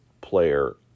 player